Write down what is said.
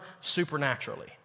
supernaturally